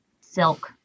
silk